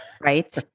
Right